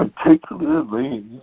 particularly